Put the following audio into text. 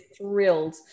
thrilled